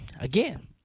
again